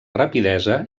rapidesa